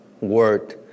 word